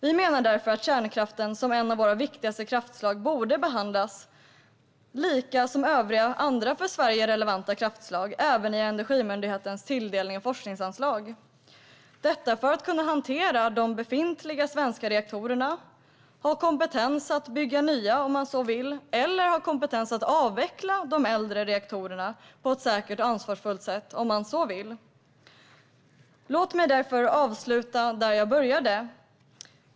Vi menar att kärnkraften, som ett av våra viktigaste kraftslag, borde behandlas lika som övriga för Sverige relevanta kraftslag även i Energimyndighetens tilldelning av forskningsanslag - detta för att man ska kunna hantera de befintliga svenska reaktorerna, ha kompetens att bygga nya om man så vill eller ha kompetens att avveckla de äldre reaktorerna på ett säkert och ansvarsfullt sätt om man så vill. Låt mig avsluta där jag började!